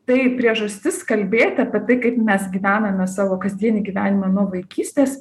tai priežastis kalbėti apie tai kaip mes gyvename savo kasdienį gyvenimą nuo vaikystės